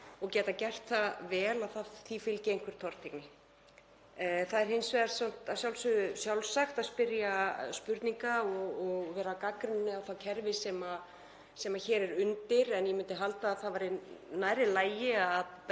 og geta gert það vel, að því fylgi einhver tortryggni. Það er hins vegar sjálfsagt að spyrja spurninga og vera gagnrýnin á það kerfi sem hér er undir. En ég myndi halda að það væri nær lagi að breyta